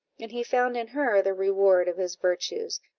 and he found in her the reward of his virtues,